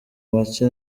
make